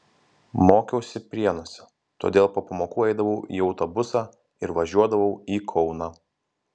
mokiausi prienuose todėl po pamokų eidavau į autobusą ir važiuodavau į kauną